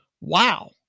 wow